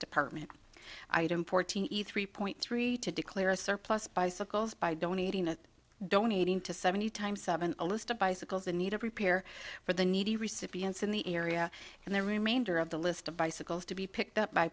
department item fourteen eat three point three to declare a surplus bicycles by donating a donating to seventy times seven a list of bicycles the need to prepare for the needy recipients in the area and the remainder of the list of bicycles to be picked up by